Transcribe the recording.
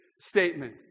statement